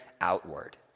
outward